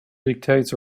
dictates